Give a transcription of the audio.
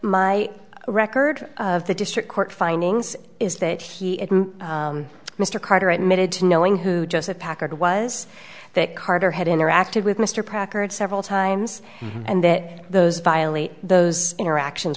my record of the district court findings is that he is mr carter at mid to knowing who joseph packard was that carter had interacted with mr proctored several times and that those violate those interactions